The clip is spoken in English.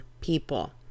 people